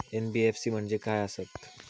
NBFC म्हणजे खाय आसत?